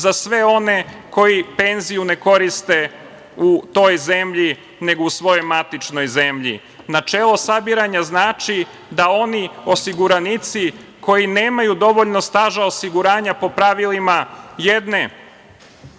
za sve one koji penziju ne koriste u toj zemlji, nego u svojoj matičnoj zemlji. Načelo sabiranja znači da oni osiguranici koji nemaju dovoljno staža osiguranja po pravilima jedne